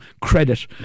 credit